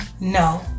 No